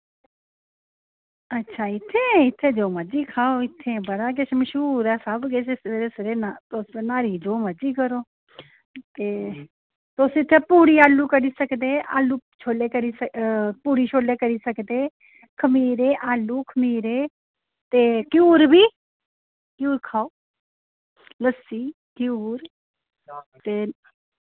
अच्छा इत्थे इत्थे जो मर्जी खाओ इत्थे बड़ा किश मश्हूर ऐ सब किश सवेरे सवेरे ना तुस न्ह्यरी जो मर्जी करो ते तुस इत्थै पूड़ी आलू करी सकदे आलू छोले करी सक पूड़ी छोले करी सकदे खमीरे आलू खमीरे ते घ्यूर बी घ्यूर खाओ लस्सी घ्यूर ते